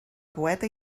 poeta